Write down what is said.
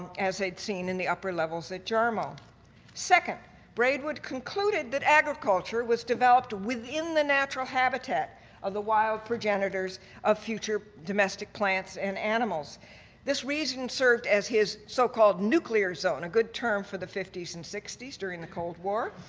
as they'd seen in the upper levels at jermel ii braidwood concluded that agriculture was developed within the natural habitat of the wild progenitors of future domestic plants and animals this reason served as his so-called nuclear zone a good term for the fifty s and sixty s during the cold war